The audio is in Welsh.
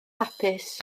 hapus